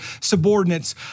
subordinates